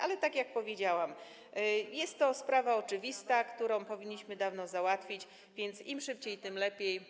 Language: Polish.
Ale tak jak powiedziałam: jest to oczywista sprawa, którą powinniśmy dawno załatwić, więc im szybciej, tym lepiej.